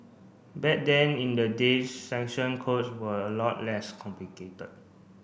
back then in the days section codes were a lot less complicated